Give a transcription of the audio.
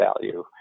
value